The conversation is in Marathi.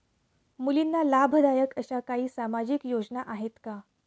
मुलींना लाभदायक अशा काही सामाजिक योजना आहेत का?